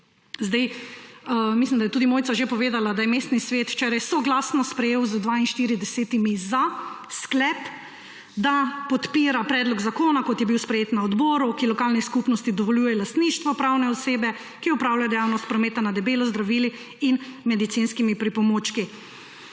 Mislim, da je tudi Mojca že povedala, da je mestni svet včeraj soglasno sprejel z 42 glasovi za sklep, da podpira predlog zakona, kot je bil sprejet na odboru, ki lokalni skupnosti dovoljuje lastništvo pravne osebe, ki opravlja dejavnost prometa na debelo z zdravili in medicinskimi pripomočki.